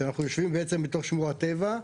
שאנחנו יושבים בעצם בתוך שמורת טבע,